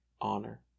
honor